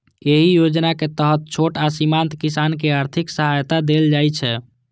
एहि योजना के तहत छोट आ सीमांत किसान कें आर्थिक सहायता देल जाइ छै